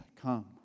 come